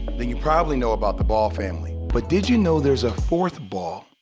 then you probably know about the ball family. but did you know there's a fourth ball?